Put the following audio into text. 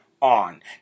on